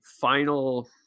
final